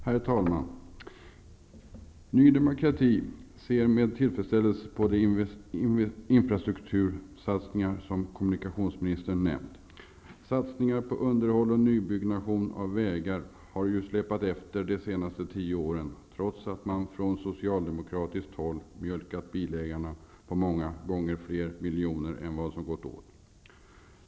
Herr talman! Ny Demokrati ser med tillfredsställelse på de infrastruktursatsningar som kommunikationsministern nämnt. Satsningar på underhåll och nybyggnation av vägar har ju släpat efter de senaste tio åren, trots att man från socialdemokratiskt håll har mjölkat bilägarna på många gånger fler miljoner än vad som gått åt.